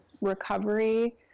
recovery